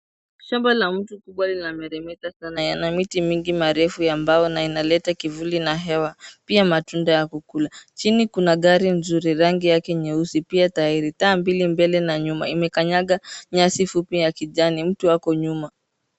Shamba lenye miti mingi mirefu limejaa maua na hewa safi, likileta mandhari tulivu. Chini yake kuna gari nzuri ya rangi ya nyeusi, ikiwa na tairi, mbele na nyuma, imeegeshwa kwenye nyasi zenye kijani. Mtu amesimama nyuma ya gari